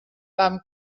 vam